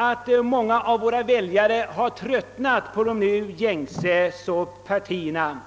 att många av väljarna har tröttnat på de nu gängse partierna.